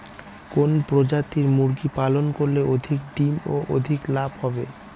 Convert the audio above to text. কোন প্রজাতির মুরগি পালন করলে অধিক ডিম ও অধিক লাভ হবে?